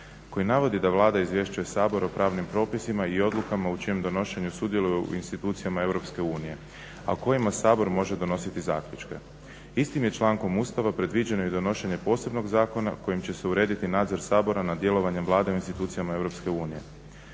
koji navodi da Vlada izvješćuje Sabor o pravnim propisima i odlukama u čijem donošenju sudjeluju u institucijama Europske unije, a o kojima Sabor može donositi zaključke. Istim je člankom Ustava predviđeno i donošenje posebnog zakona kojim će se urediti nadzor Sabora nad djelovanjem Vlade u institucijama